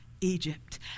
Egypt